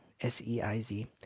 S-E-I-Z